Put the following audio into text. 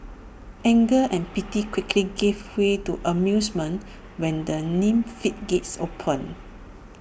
anger and pity quickly gave way to amusement when the meme floodgates opened